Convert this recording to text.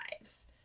lives